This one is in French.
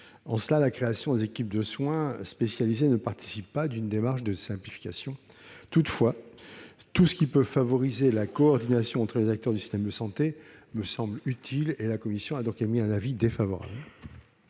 En cela, la création des équipes de soins spécialisés ne participe pas d'une démarche de simplification. Toutefois, tout ce qui peut favoriser la coordination entre les acteurs du système de santé me semble utile. La commission a donc émis un avis défavorable